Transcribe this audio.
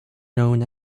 known